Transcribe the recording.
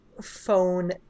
phone